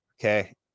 Okay